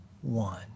one